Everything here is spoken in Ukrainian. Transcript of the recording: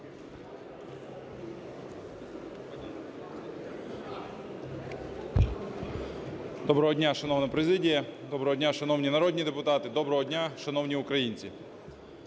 Доброго дня, шановна президія! Доброго дня, шановні народні депутати! Доброго дня, шановні українці!